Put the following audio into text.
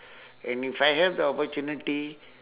and if I have the opportunity